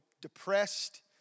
depressed